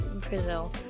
brazil